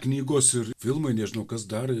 knygos ir filmai nežinau kas dar